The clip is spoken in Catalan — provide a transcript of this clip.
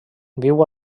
viu